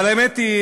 אבל האמת היא,